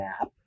app